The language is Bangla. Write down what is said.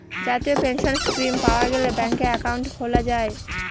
জাতীয় পেনসন স্কীম পাওয়া গেলে ব্যাঙ্কে একাউন্ট খোলা যায়